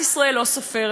גם בכותל,